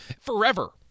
forever